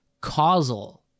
causal